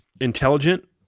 intelligent